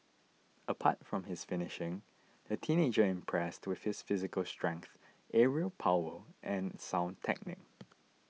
apart from his finishing the teenager impressed to his physical strength aerial power and sound technique